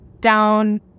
down